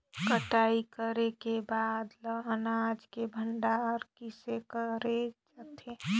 कटाई करे के बाद ल अनाज के भंडारण किसे करे जाथे?